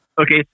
Okay